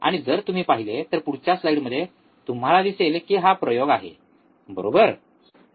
आणि जर तुम्ही पाहिले तर पुढच्या स्लाइडमध्ये तुम्हाला दिसेल की हा प्रयोग आहे बरोबर